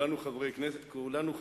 וכולנו,